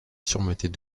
surmontés